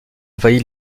envahi